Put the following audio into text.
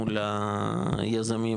מול היזמים,